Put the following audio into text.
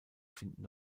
finden